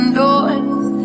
doors